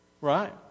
right